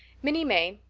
minnie may,